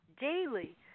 daily